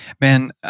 Man